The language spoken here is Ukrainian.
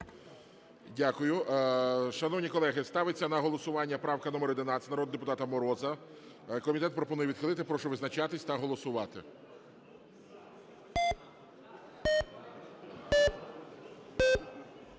Дякую. Шановні колеги, ставиться на голосування правка номер 11 народного депутата Мороза. Комітет пропонує відхилити, прошу визначатись та голосувати.